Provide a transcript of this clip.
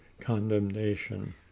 condemnation